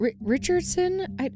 Richardson